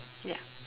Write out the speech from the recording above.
ya